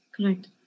correct